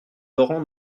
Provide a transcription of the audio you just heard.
laurent